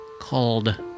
called